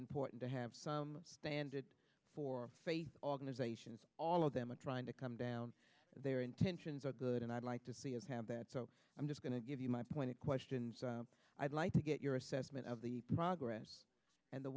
important to have some banded for organizations all of them are trying to come down their intentions are good and i'd like to see of have that so i'm just going to give you my point of questions i'd like to get your assessment of the progress and the